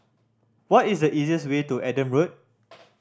what is the easiest way to Adam Road